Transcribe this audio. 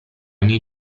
ogni